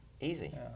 easy